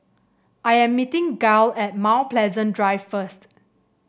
I am meeting Gael at Mount Pleasant Drive first